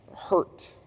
hurt